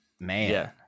man